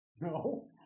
No